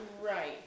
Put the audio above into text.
Right